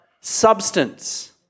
substance